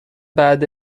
بعد